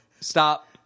stop